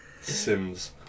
Sims